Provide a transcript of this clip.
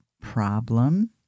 problem